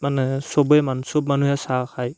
মানে চবে মান চব মানুহে চাহ খায়